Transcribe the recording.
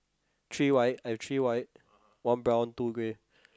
three white I have white one brown two grey